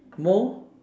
more